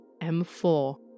M4